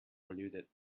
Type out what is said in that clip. polluted